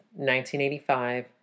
1985